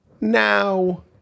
Now